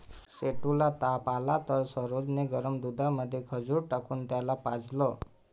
सेठू ला ताप आला तर सरोज ने गरम दुधामध्ये खजूर टाकून त्याला पाजलं